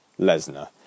Lesnar